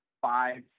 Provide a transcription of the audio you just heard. five